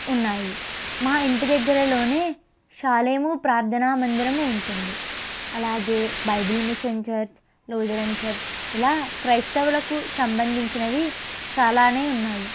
ఉన్నాయి మా ఇంటి దగ్గరలోనే షాలేము ప్రార్థనా మందిరము ఉంటుంది అలాగే బైబిల్ మెసెంజర్ లూథరన్ ఇలా క్రైస్తవులకు సంబంధించినవి చాలానే ఉన్నాయి